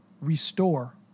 restore